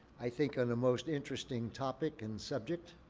i think and most interesting topic and subject.